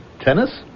Tennis